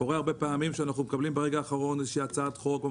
קורה הרבה פעמים שאנחנו מקבלים ברגע האחרון הצעת חוק.